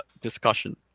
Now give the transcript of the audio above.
discussion